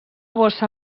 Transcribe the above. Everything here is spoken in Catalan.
bossa